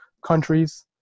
countries